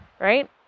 Right